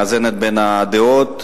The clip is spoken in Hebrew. מאזנת בין הדעות,